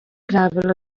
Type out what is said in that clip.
gravel